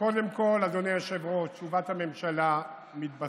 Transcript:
קודם כול, אדוני היושב-ראש, תשובת הממשלה מתבססת